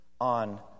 on